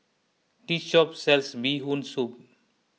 this shop sells Bee Hoon Soup